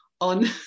on